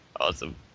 Awesome